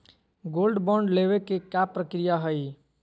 Gold bond लेवे के का प्रक्रिया हई?